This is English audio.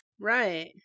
Right